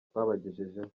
twabagejejeho